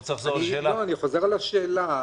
השאלה.